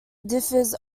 differs